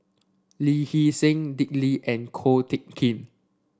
Lee Hee Seng Dick Lee and Ko Teck Kin